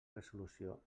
resolució